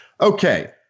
Okay